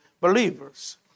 believers